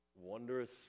wondrous